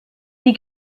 die